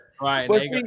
right